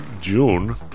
June